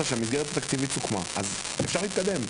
שהמסגרת התקציבית סוכמה אפשר להתקדם.